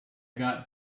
got